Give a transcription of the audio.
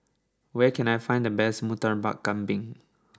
where can I find the best murtabak kambing